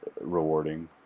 rewarding